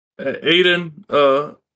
Aiden